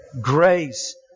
Grace